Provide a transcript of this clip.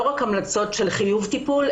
לא רק המלצות של חיוב טיפול,